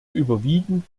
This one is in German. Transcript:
überwiegen